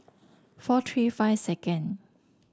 four three five second